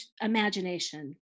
imagination